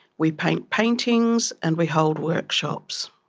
we paint paintings and we hold workshops.